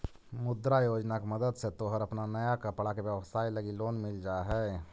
मुद्रा योजना के मदद से तोहर अपन नया कपड़ा के व्यवसाए लगी लोन मिल जा हई